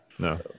No